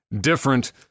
different